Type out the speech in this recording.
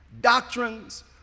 doctrines